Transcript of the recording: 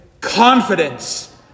confidence